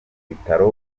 bitaro